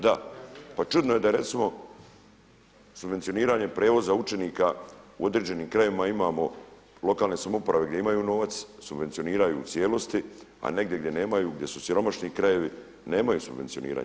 Da, pa čudno je da recimo subvencioniranje prijevoza učenika u određenim krajevima imamo lokalne samouprave gdje imaju novac, subvencioniraju u cijelosti, a negdje gdje nemaju, gdje su siromašni krajevi nemaju subvencioniranje.